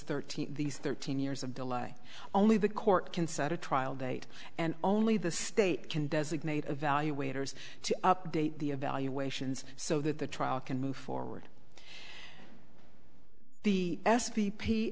thirteen these thirteen years of delay only the court can set a trial date and only the state can designate evaluators to update the evaluations so that the trial can move forward the